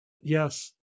Yes